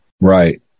Right